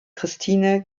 christine